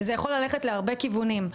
זה יכול ללכת להרבה כיוונים,